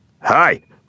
Hi